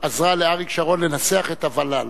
עזרה לאריק שרון לנסח את הוול"ל.